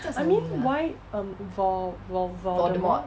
I mean why um vol vol voldemort